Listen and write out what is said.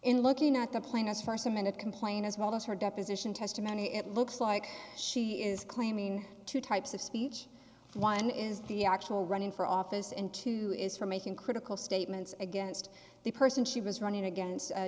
in looking at the plaintiffs foursome in a complaint as well as her deposition testimony it looks like she is claiming two types of speech one is the actual running for office and two is for making critical statements against the person she was running against a